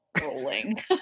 rolling